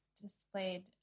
displayed